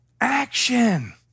action